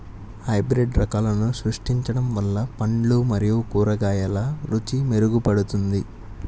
hybrid రకాలను సృష్టించడం వల్ల పండ్లు మరియు కూరగాయల రుచి మెరుగుపడుతుంది